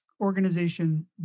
organization